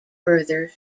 further